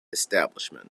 establishment